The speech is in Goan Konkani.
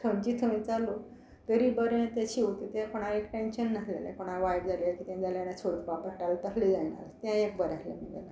थंयचे थंय चालू तरी बरें ते शिंवता तें कोणा एक टेंशन नासलेले कोणाक वायट जाले कितें जालें सोडपा पडटा तसले जायनालें तें एक बरें आसले म्हणलें